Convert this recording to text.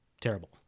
terrible